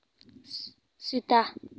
ᱥᱮᱛᱟ